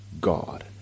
God